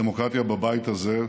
הדמוקרטיה בבית הזה,